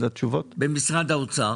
במשרד האוצר